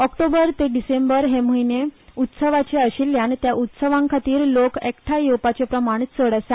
ऑक्टोबर ते डिसेंबर हे तीन म्हयने उत्सवांचे आशिल्ल्यान त्या उत्सवां खातीर लोक एकठांय येवपाचे प्रमाण चड आसा